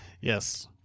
Yes